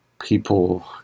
people